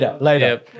later